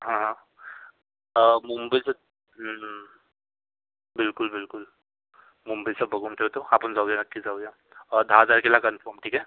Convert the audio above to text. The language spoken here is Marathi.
हां हां मुंबईचं बिलकुल बिलकुल मुंबईचं बघून ठेवतो आपण जाऊया नक्की जाऊया दहा तारखेला कन्म्फर्म ठीक आहे